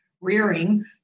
rearing